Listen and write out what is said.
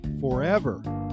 forever